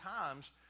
times